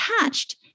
attached